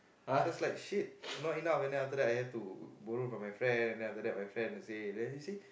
so it's like shit not enough and then after that I have to borrow from my friend and then after that my friend will say there you see